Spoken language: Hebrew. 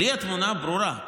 לי התמונה ברורה.